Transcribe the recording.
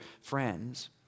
friends